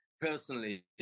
personally